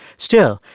still,